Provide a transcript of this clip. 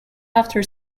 after